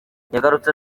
yagarutse